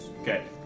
Okay